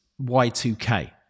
Y2K